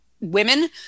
women